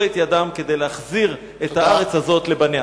את ידם כדי להחזיר את הארץ הזאת לבניה.